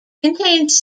contains